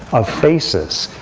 of faces,